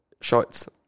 shorts